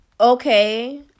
okay